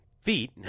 feet